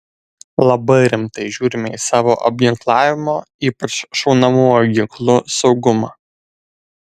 labai rimtai žiūrime į savo apginklavimo ypač šaunamuoju ginklu saugumą